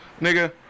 Nigga